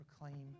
proclaim